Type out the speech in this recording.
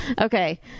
Okay